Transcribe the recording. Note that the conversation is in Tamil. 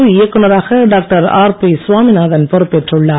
புதுவையில் இயக்குநராக டாக்டர் ஆர்பி சுவாமிநாதன் பொறுப்பேற்றுள்ளார்